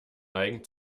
neigen